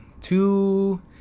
two